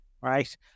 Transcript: right